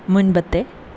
മുമ്പത്തെ